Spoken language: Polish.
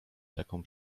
taką